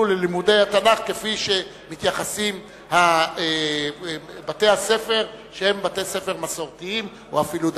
ללימודי התנ"ך כפי שמתייחסים בתי-הספר שהם מסורתיים או אפילו דתיים.